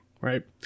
right